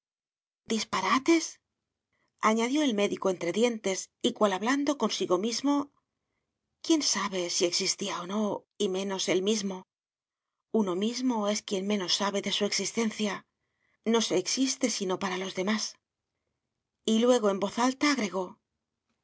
disparates añadió el médico entre dientes y cual hablando consigo mismo quién sabe si existía o no y menos él mismo uno mismo es quien menos sabe de su existencia no se existe sino para los demás y luego en voz alta agregó